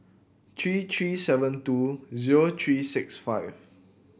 three three seven two zero three six five